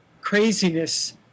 craziness